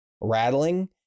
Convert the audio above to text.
rattling